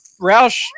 Roush